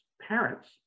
parents